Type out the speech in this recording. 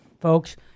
folks